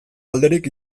alderik